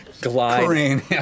glide